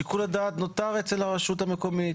ששיקול הדעת נותר אצל הרשות המקומית